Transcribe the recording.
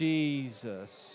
Jesus